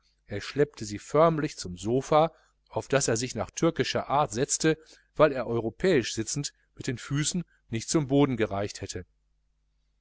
er schleppte sie förmlich zum sopha auf das er sich nach türkischer art setzte weil er europäisch sitzend mit den füßen nicht zum boden gereicht hätte